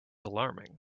alarming